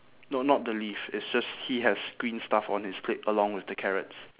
no not the leaf it's just he has green stuff on his plate along with the carrots